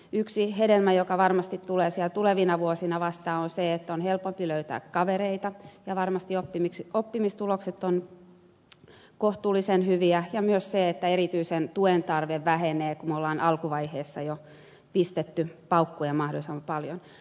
yksi hedelmä joka varmasti tulee sieltä tulevina vuosina vastaan on se että on helpompi löytää kavereita ja varmasti oppimistulokset ovat kohtuullisen hyviä ja myös se että erityisen tuen tarve vähenee kun olemme alkuvaiheessa jo pistäneet paukkuja mahdollisimman paljon